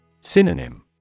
Synonym